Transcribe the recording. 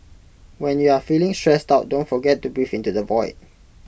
when you are feeling stressed out don't forget to breathe into the void